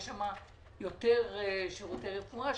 יש שם יותר שירותי רפואה,